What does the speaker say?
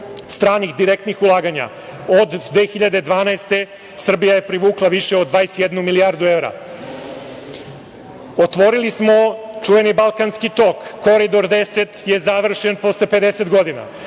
stranih direktnih ulaganja. Od 2012. godine Srbija je privukla više od 21 milijardu evra. Otvorili smo čuveni „Balkanski tok“. Koridor 10 je završen posle 50 godina.